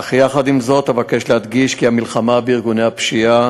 אך יחד עם זאת אבקש להדגיש כי המלחמה בארגוני הפשיעה